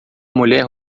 mulher